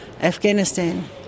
Afghanistan